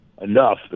enough